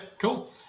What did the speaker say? cool